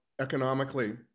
economically